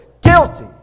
guilty